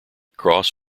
cross